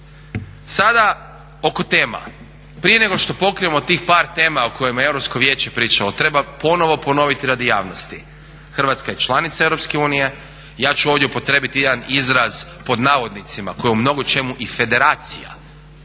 Sada oko tema. Prije nego što pokrijemo tih par tema o kojima je Europsko vijeće pričalo, treba ponovo ponoviti radi javnosti, Hrvatska je članica EU. Ja ću ovdje upotrijebiti jedan izraz pod navodnicima koji je u mnogo čemu i "federacija".